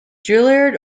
juilliard